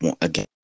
again